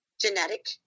genetic